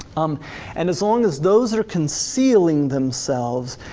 um and as long as those are concealing themselves,